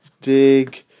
dig